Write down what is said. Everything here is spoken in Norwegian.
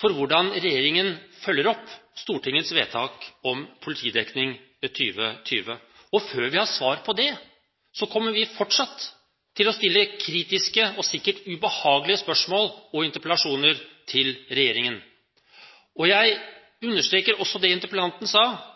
for hvordan regjeringen følger opp Stortingets vedtak om politidekningen for 2020. Før vi har svar på det, kommer vi fortsatt til å stille kritiske og sikkert ubehagelige spørsmål og interpellasjoner til regjeringen. Jeg understreker også det interpellanten sa